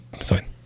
sorry